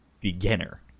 beginner